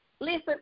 Listen